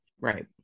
right